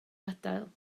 gadael